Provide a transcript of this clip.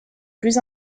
plus